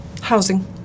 housing